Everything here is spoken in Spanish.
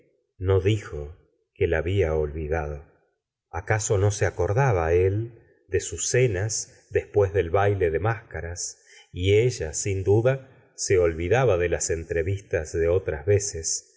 no dijo que la había olvidado acaso no se acordaba él de sus cenas después del baile de máscaras y ella sin duda se olvidaba de las entrevistas de otras veces